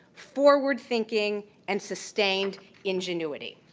forward thinking and sustained ingenuity.